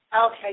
okay